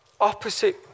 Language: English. opposite